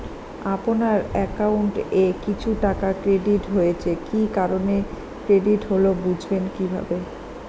আপনার অ্যাকাউন্ট এ কিছু টাকা ক্রেডিট হয়েছে কি কারণে ক্রেডিট হল বুঝবেন কিভাবে?